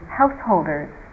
householders